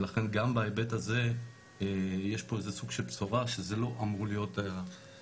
לכן גם בהיבט הזה יש פה איזה סוג של בשורה שזה לא אמור להיות הבעיה.